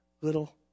little